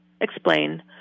explain